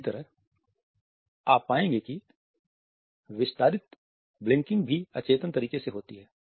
इसी तरह आप पाएंगे कि विस्तारित ब्लिंकिंग भी अचेतन तरीके से होती है